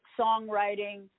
songwriting